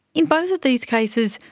in both of these cases,